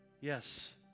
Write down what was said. Yes